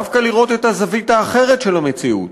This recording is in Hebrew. דווקא לראות את הזווית האחרת של המציאות.